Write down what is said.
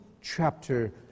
chapter